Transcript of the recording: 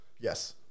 Yes